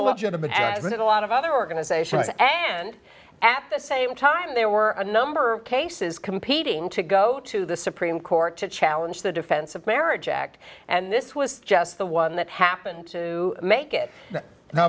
a legitimate as in a lot of other organizations and at the same time there were a number of cases competing to go to the supreme court to challenge the defense of marriage act and this was just the one that happened to make it no